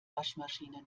waschmaschine